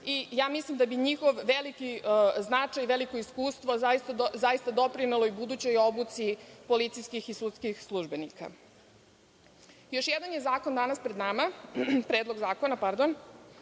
kuće. Mislim da bi njihov značaj i veliko iskustvo doprinelo budućoj obuci policijskih i sudskih službenika. Još jedan je zakon danas pred nama, predlog zakona, a to